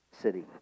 city